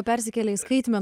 persikėlė į skaitme